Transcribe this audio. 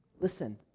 Listen